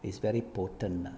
it's very potent ah